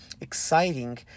exciting